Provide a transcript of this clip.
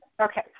Okay